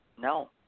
No